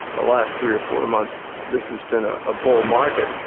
the last three or four months this has been a ah bull market,